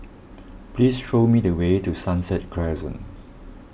please show me the way to Sunset Crescent